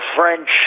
French